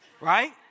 Right